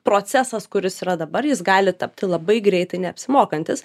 procesas kuris yra dabar jis gali tapti labai greitai neapsimokantis